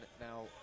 now